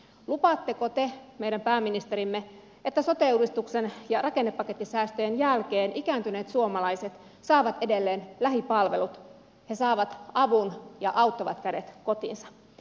lupaatteko te meidän pääministerimme että sote uudistuksen ja rakennepakettisäästöjen jälkeen ikääntyneet suomalaiset saavat edelleen lähipalvelut he saavat avun ja auttavat kädet kotiinsa